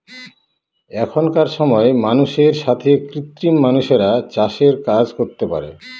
এখনকার সময় মানুষের সাথে কৃত্রিম মানুষরা চাষের কাজ করতে পারে